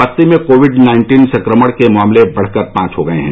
बस्ती में Covid nineteen संक्रमण के मामले बढ़कर पांच हो गये हैं